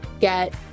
get